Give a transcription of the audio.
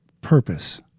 purpose